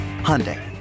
hyundai